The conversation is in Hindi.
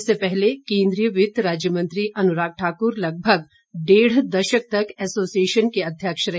इससे पहले केंद्रीय वित्त राज्य मंत्री अनुराग ठाकुर लगभग डेढ दशक तक एसोसिएशन के अध्यक्ष रहे